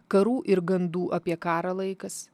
karų ir gandų apie karą laikas